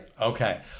Okay